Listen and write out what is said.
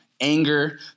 anger